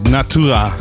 Natura